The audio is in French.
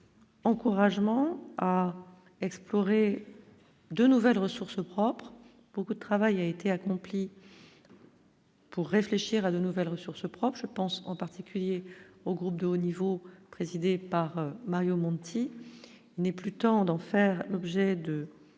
encouragement à explorer de nouvelles ressources propres pour que de travail a été accompli. Pour réfléchir à de nouvelles ressources propres, je pense en particulier au groupe de haut niveau, présidée par Mario Monti n'est plus temps d'en faire l'objet de